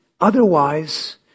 otherwise